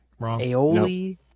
aioli